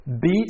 beat